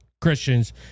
Christians